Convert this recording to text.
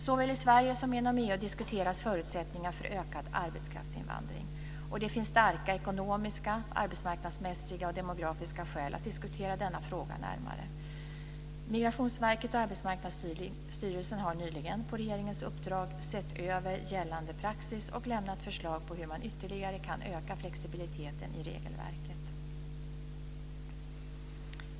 · Såväl i Sverige som inom EU diskuteras förutsättningar för ökad arbetskraftsinvandring. Det finns starka ekonomiska, arbetsmarknadsmässiga och demografiska skäl att diskutera denna fråga närmare. Migrationsverket och Arbetsmarknadsstyrelsen har nyligen - på regeringens uppdrag - sett över gällande praxis och lämnat förslag på hur man ytterligare kan öka flexibiliteten i regelverket.